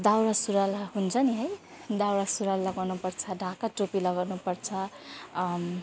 दौरा सुरुवाल हुन्छ नि है दौरा सुरुवाल लगाउनुपर्छ ढाका टोपी लगाउनुपर्छ